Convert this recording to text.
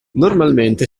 normalmente